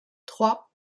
trois